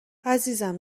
عزیزم